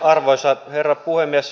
arvoisa herra puhemies